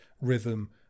rhythm